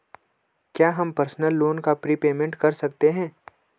क्या हम personal loan का प्रीपेमेंट कर सकते हैं?